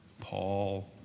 Paul